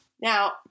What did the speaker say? Now